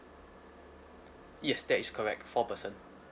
yes that is correct four person